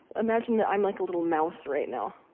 imagine that i'm like a little mouse right now,